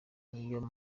niyo